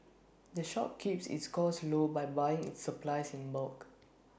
the shop keeps its costs low by buying its supplies in bulk